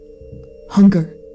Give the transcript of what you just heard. hunger